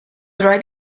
rhaid